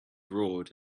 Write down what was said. roared